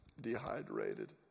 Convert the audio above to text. dehydrated